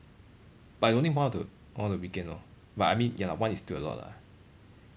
but only one of the one of the weekend lor but I mean ya lah one is still a lot lah